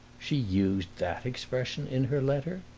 she used that expression in her letter?